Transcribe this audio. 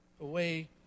away